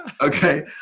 okay